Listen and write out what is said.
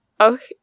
okay